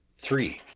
three.